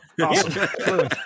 Awesome